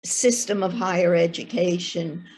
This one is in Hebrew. System of higher education